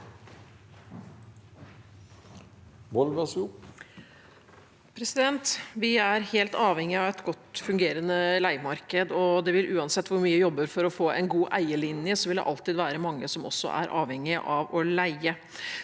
Vi er helt avhengig av et godt fungerende leiemarked. Uansett hvor mye vi jobber for å få en god eierlinje, vil det alltid være mange som er avhengig av å leie.